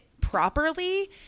properly